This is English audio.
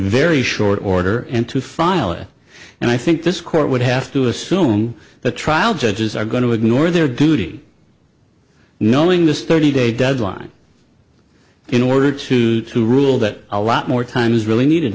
very short order and to file it and i think this court would have to assume that trial judges are going to ignore their duty knowing this thirty day deadline in order to to rule that a lot more time is really needed